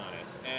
honest